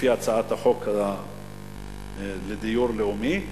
לפי הצעת החוק לדיור לאומי,